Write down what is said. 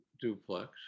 duplex